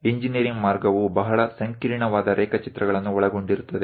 engineering ಮಾರ್ಗವು ಬಹಳ ಸಂಕೀರ್ಣವಾದ ರೇಖಾಚಿತ್ರಗಳನ್ನು ಒಳಗೊಂಡಿರುತ್ತದೆ